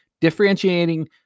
differentiating